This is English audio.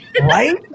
Right